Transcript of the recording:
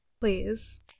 please